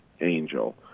angel